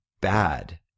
bad